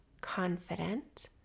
confident